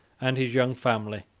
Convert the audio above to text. and his young family,